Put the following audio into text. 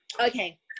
okay